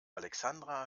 alexandra